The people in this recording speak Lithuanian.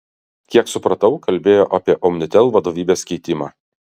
kiek supratau kalbėjo apie omnitel vadovybės keitimą